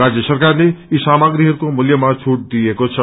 राज्य सरकारले यी साामागीहरूको मूल्यमा छूट दिएको छ